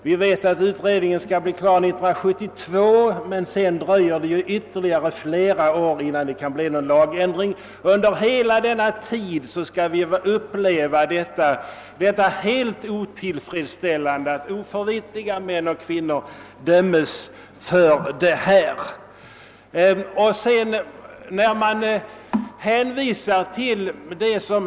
Vi vet att utredningen skall bli klar 1972, men sedan dröjer det ytterligare flera år innan det kan bli någon lagändring. Under hela denna tid skall vi uppleva detta helt otillfredsställande, att oförvitliga män och kvinnor döms för sin vägran att förrätta vigsel.